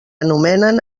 anomenen